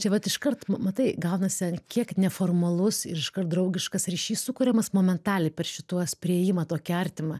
čia vat iškart ma matai gaunasi ant kiek neformalus ir iškart draugiškas ryšys sukuriamas momentaliai per šituos priėjimą tokį artimą